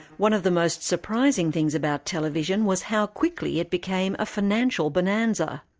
one of the most surprising things about television was how quickly it became a financial bonanza.